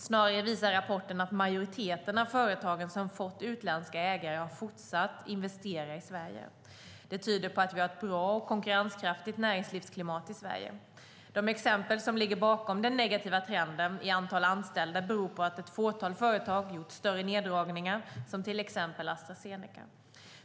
Snarare visar rapporten att majoriteten av företagen som fått utländska ägare har fortsatt att investera i Sverige. Det tyder på att vi har ett bra och konkurrenskraftigt näringslivsklimat i Sverige. De exempel som ligger bakom den negativa trenden i antal anställda beror på att ett fåtal företag gjort större neddragningar som till exempel Astra Zeneca.